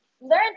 learn